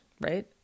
right